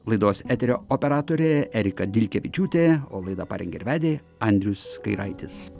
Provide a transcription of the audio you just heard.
laidos eterio operatorė erika dilkevičiūtė o laidą parengė ir vedė andrius kairaitis